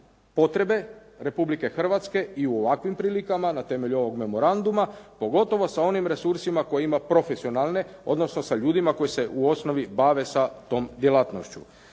potrebe Republike Hrvatske i u ovakvim prilikama na temelju ovog memoranduma, pogotovo sa onim resursima koji ima profesionalne, odnosno sa ljudima koji se u osnovi bave sa tom djelatnošću.